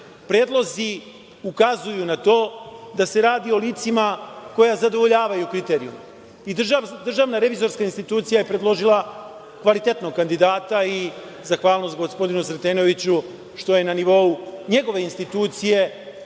predlozi ukazuju na to da se radi o licima koja zadovoljavaju kriterijume. Državna revizorska institucija je predložila kvalitetnog kandidata i zahvalnost gospodinu Sretenoviću što je na nivou njegove institucije